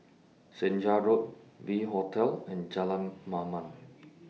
Senja Road V Hotel and Jalan Mamam